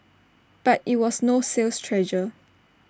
but IT was no sales treasure